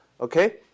okay